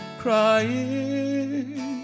crying